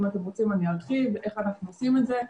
אם אתם רוצים, ארחיב איך אנחנו עושים את זה,